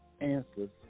answers